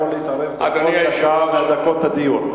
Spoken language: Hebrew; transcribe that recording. הוא יכול להתערב בכל דקה מדקות הדיון.